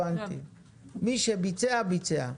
מי שביצע ביצע.